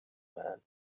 man